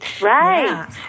Right